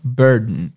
burden